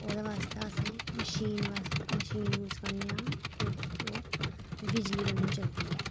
ते ओह्दे आस्तै अस मशीन यूज़ करने आं क्योंकि ओह् बिजली कन्नै चलदी ऐ